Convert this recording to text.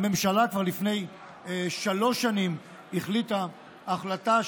הממשלה כבר לפני שלוש שנים החליטה החלטה,